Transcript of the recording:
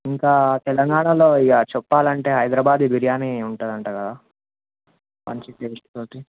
ఇంకా తెలంగాణలో ఇక చెప్పాలంటే హైదరాబాదీ బిర్యానీ ఉంటుంది అంట కదా మంచి టేస్ట్తో